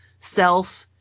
self